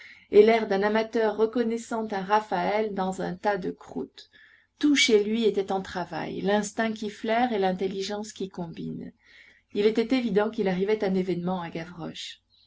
et l'air d'un amateur reconnaissant un raphaël dans un tas de croûtes tout chez lui était en travail l'instinct qui flaire et l'intelligence qui combine il était évident qu'il arrivait un événement à gavroche